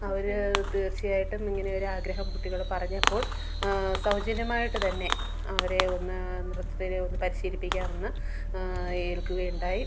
അവർ തീർച്ചയായിട്ടും ഇങ്ങനെ ഒരാഗ്രഹം കുട്ടികൾ പറഞ്ഞപ്പോൾ സൗജന്യമായിട്ട് തന്നെ അവരെ ഒന്ന് നൃത്തത്തിലൊന്ന് പരിശീലിപ്പിക്കാമെന്ന് ഏൽക്കുകയുണ്ടായി